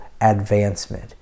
advancement